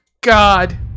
God